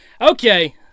okay